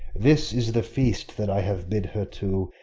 this is the feast that i have bid her to,